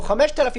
או 5,000,